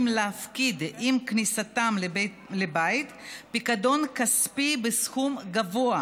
להפקיד עם כניסתם לבית פיקדון כספי בסכום גבוה,